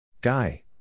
Guy